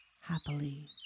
happily